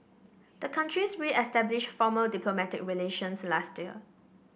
the countries reestablished formal diplomatic relations last year